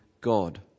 God